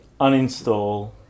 Uninstall